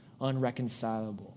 unreconcilable